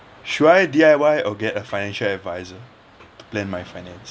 should I D_I_Y or get a financial adviser to plan my finance